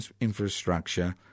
infrastructure